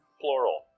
Plural